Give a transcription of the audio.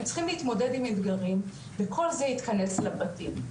הם צריכים להתמודד עם אתגרים וכל זה התכנס לבתים.